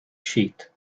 sheath